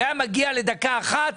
זה היה מגיע לדקה אחת,